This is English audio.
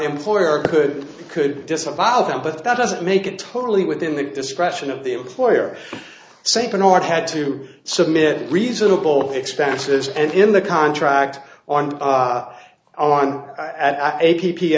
employer could could disavow them but that doesn't make it totally within the discretion of the employer st bernard had to submit reasonable expenses and in the contract on the on a